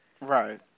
Right